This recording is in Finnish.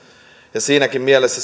ja siinäkin mielessä